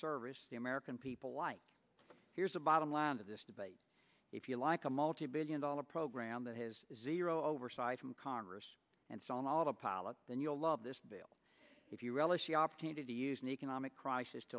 service to the american people like here's the bottom line of this debate if you like a multi billion dollar program that has zero oversight from congress and so on autopilot then you'll love this bill if you relish the opportunity to use an economic crisis